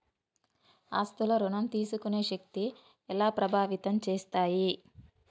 ఆస్తుల ఋణం తీసుకునే శక్తి ఎలా ప్రభావితం చేస్తాయి?